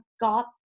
got